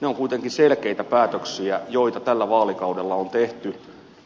ne ovat kuitenkin selkeitä päätöksiä joita tällä vaalikaudella on